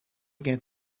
again